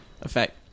effect